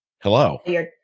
hello